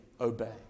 obey